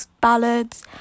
ballads